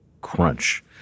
crunch